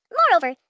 Moreover